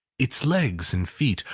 its legs and feet,